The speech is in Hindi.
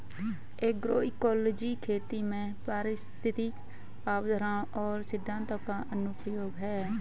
एग्रोइकोलॉजी खेती में पारिस्थितिक अवधारणाओं और सिद्धांतों का अनुप्रयोग है